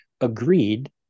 agreed